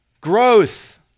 growth